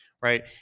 right